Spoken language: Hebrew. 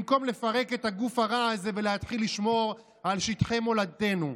במקום לפרק את הגוף הרע הזה ולהתחיל לשמור על שטחי מולדתנו.